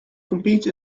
compete